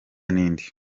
ninde